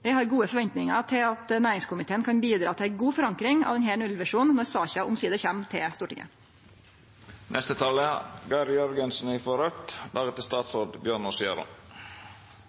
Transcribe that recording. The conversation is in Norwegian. Eg har gode forventningar til at næringskomiteen kan bidra til ei god forankring av denne nullvisjonen når saka omsider kjem til